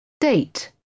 date